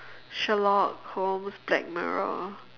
Sherlock Holmes black mirror